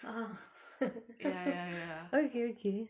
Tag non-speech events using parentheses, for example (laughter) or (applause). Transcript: ah (noise) okay okay